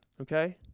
okay